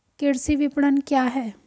कृषि विपणन क्या है?